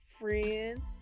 Friends